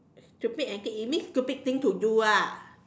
stupid antic you mean stupid thing to do ah